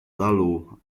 talu